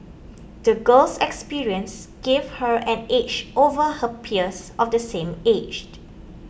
the girl's experiences gave her an edge over her peers of the same aged